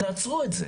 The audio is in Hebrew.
תעצרו את זה.